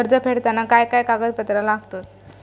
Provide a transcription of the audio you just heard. कर्ज फेडताना काय काय कागदपत्रा लागतात?